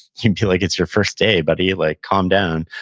you'd be like, it's your first day, buddy. like calm down,